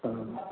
ஆமாம்